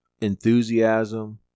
enthusiasm